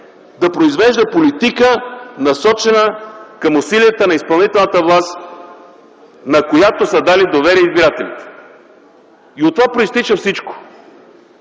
да произвежда политика, насочена към усилията на изпълнителната власт, на която са дали доверие избирателите. От това произтича всичко.